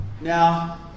Now